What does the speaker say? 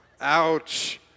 ouch